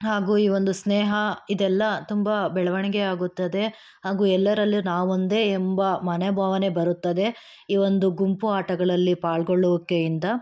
ಹಾಗೂ ಈ ಒಂದು ಸ್ನೇಹ ಇದೆಲ್ಲ ತುಂಬ ಬೆಳವಣಿಗೆ ಆಗುತ್ತದೆ ಹಾಗೂ ಎಲ್ಲರಲ್ಲೂ ನಾವೊಂದೇ ಎಂಬ ಮನೋಭಾವನೆ ಬರುತ್ತದೆ ಈ ಒಂದು ಗುಂಪು ಆಟಗಳಲ್ಲಿ ಪಾಲ್ಗೊಳ್ಳುವಿಕೆಯಿಂದ